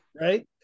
right